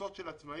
קבוצות של עצמאים.